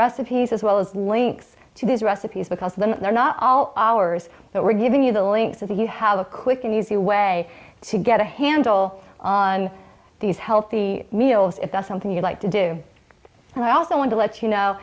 recipes as well as links to these recipes because then they're not all ours but we're giving you the link so that you have a quick and easy way to get a handle on these healthy meals if does something you like to do and i also want to let you know